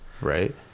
Right